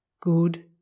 Good